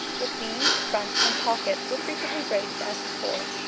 the seams, fronts, and pockets were frequently braided as before.